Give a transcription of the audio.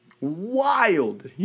Wild